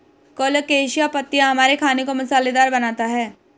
colocasia पत्तियां हमारे खाने को मसालेदार बनाता है